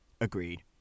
Agreed